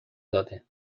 داده